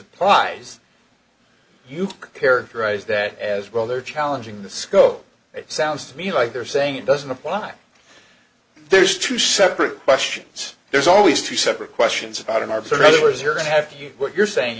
applies you characterize that as well they're challenging the scope it sounds to me like they're saying it doesn't apply there's two separate questions there's always two separate questions about in our prayers you're going to have to hear what you're saying